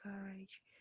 courage